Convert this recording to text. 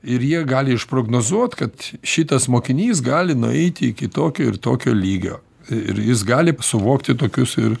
ir jie gali išprognozuot kad šitas mokinys gali nueiti iki tokio ir tokio lygio ir jis gali suvokti tokius ir